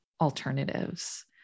alternatives